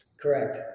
Correct